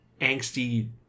angsty